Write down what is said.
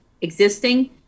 existing